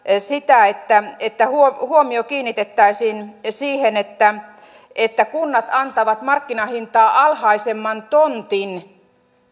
esittävät että huomio kiinnitettäisiin siihen että että kunnat antavat markkinahintaa alhaisemman tontin